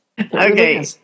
Okay